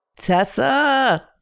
Tessa